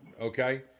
okay